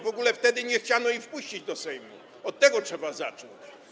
W ogóle wtedy nie chciano ich wpuścić do Sejmu, od tego trzeba zacząć.